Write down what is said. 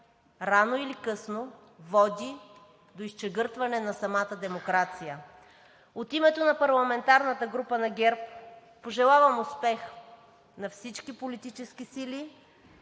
рано или късно води до „изчегъртване“ на самата демокрация. От името на парламентарната група на ГЕРБ пожелавам успех на всички политически сили